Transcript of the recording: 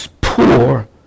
poor